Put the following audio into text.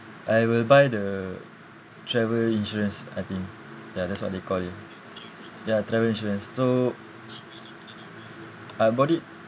I will buy the travel insurance I think ya that's what they call it ya travel insurance so I'll bought it